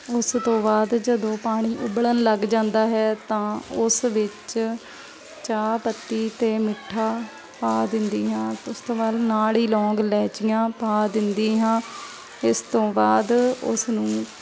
ਉਸ ਤੋਂ ਬਾਅਦ ਜਦੋਂ ਪਾਣੀ ਉਬਲਣ ਲੱਗ ਜਾਂਦਾ ਹੈ ਤਾਂ ਉਸ ਵਿੱਚ ਚਾਹ ਪੱਤੀ ਅਤੇ ਮਿੱਠਾ ਪਾ ਦਿੰਦੀ ਹਾਂ ਉਸ ਤੋਂ ਬਾਅਦ ਨਾਲ ਹੀ ਲੌਂਗ ਇਲਾਇਚੀਆਂ ਪਾ ਦਿੰਦੀ ਹਾਂ ਇਸ ਤੋਂ ਬਾਅਦ ਉਸ ਨੂੰ